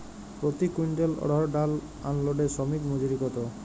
প্রতি কুইন্টল অড়হর ডাল আনলোডে শ্রমিক মজুরি কত?